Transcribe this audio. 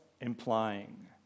implying